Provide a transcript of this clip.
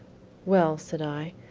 well, said i,